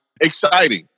exciting